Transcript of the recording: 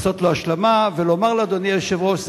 ולומר לאדוני היושב-ראש,